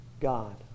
God